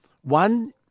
One